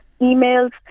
emails